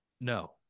No